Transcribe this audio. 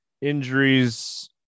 injuries